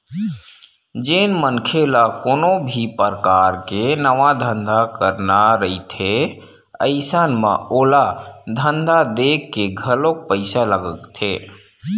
जेन मनखे ल कोनो भी परकार के नवा धंधा करना रहिथे अइसन म ओला धंधा देखके घलोक पइसा लगथे